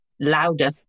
louder